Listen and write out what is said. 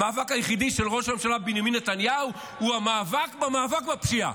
המאבק היחידי של ראש הממשלה בנימין נתניהו הוא המאבק במאבק בפשיעה.